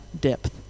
depth